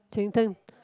Cheng-Teng